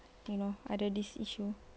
you know ada this issue